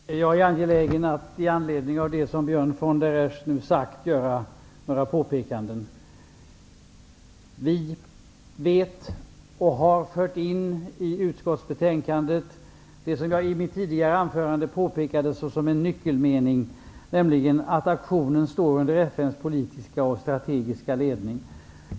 Fru talman! Jag är angelägen att med anledning av det som Björn von der Esch nu sade göra några påpekanden. Vi vet och har fört in i utskottsbetänkandet det som jag i mitt tidigare anförande påpekade såsom en nyckelmening, nämligen att aktionen står under FN:s politiska och strategiska ledning.